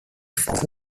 falk